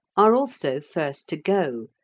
are also first to go,